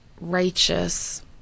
righteous